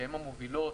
שהן המובילות,